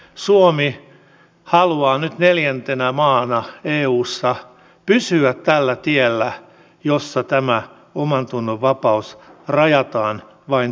suomi haluaa nyt neljäntenä maana eussa pysyä tällä tiellä jossa tämä omantunnonvapaus rajataan vain tietyille ihmisille